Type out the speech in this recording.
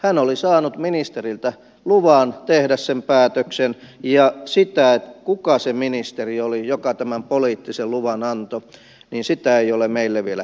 hän oli saanut ministeriltä luvan tehdä sen päätöksen ja sitä kuka se ministeri oli joka tämän poliittisen luvan antoi ei ole meille vielä kerrottu